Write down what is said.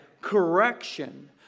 correction